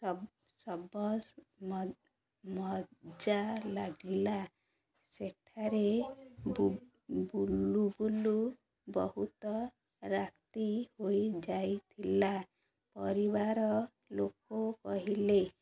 ସ ସବ ମ ମଜା ଲାଗିଲା ସେଠାରେ ବୁଲୁ ବୁଲୁ ବହୁତ ରାତି ହୋଇଯାଇଥିଲା ପରିବାର ଲୋକ କହିଲେ